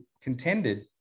contended